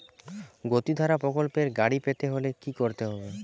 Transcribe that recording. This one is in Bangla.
গতিধারা প্রকল্পে গাড়ি পেতে হলে কি করতে হবে?